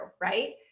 Right